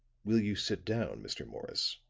will you sit down, mr. morris?